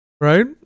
Right